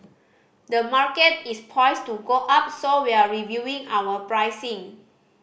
the market is poised to go up so we're reviewing our pricing